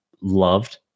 loved